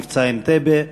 "מבצע אנטבה"